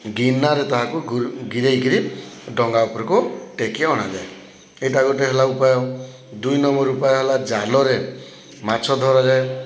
ଗିନାରେ ତାହାକୁ ଗିରେଇକିରି ଡ଼ଙ୍ଗା ଉପରକୁ ଟେକି ଆଣାଯାଏ ଏଇଟା ଗୋଟେ ହେଲା ଉପାୟ ଦୁଇ ନମ୍ବର୍ ଉପାୟ ହେଲା ଜାଲରେ ମାଛ ଧରାଯାଏ